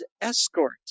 escort